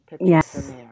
Yes